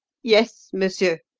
yes, monsieur